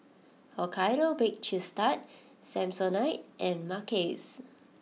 Hokkaido Baked Cheese Tart Samsonite and Mackays